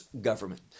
government